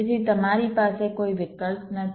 તેથી તમારી પાસે કોઈ વિકલ્પ નથી